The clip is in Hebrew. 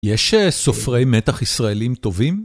יש סופרי מתח ישראלים טובים?